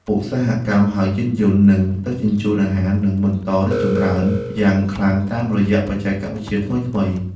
ឧស្សាហកម្មហៅយានជំនិះ និងដឹកជញ្ជូនអាហារ នឹងបន្តរីកចម្រើនយ៉ាងខ្លាំងតាមរយៈបច្ចេកវិទ្យាថ្មីៗ។